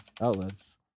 outlets